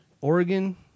Oregon